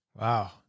Wow